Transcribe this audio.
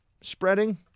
spreading